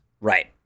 Right